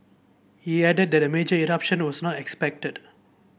he added that a major eruption was not expected